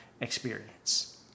experience